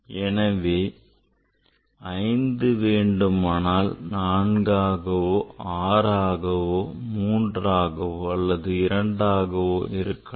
எனவே 5 வேண்டுமானால் 4 ஆகவோ 6 ஆகவோ 3 ஆகவோ அல்லது 2 ஆகவோ இருக்கலாம்